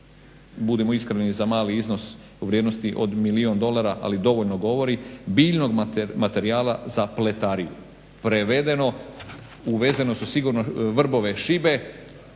budimo iskreni za mali iznos u vrijednosti od milijun dolara, ali dovoljno govori, biljnog materijala za pletariju, prevedeno uvezeno su sigurno vrbove šibe.